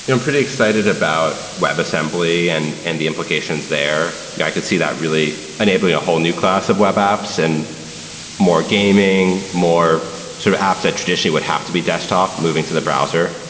i'm pretty excited about webassembly and and the implications there. yeah i could see that really enabling a whole new class of web apps and more gaming, more sort of apps that traditionally would have to be desktop moving to the browser.